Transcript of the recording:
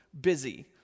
busy